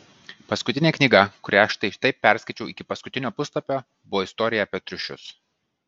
paskutinė knyga kurią štai taip perskaičiau iki paskutinio puslapio buvo istorija apie triušius